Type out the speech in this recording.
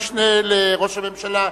המשנה לראש הממשלה,